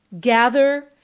gather